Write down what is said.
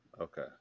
Okay